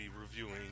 reviewing